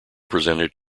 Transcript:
presented